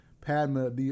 Padma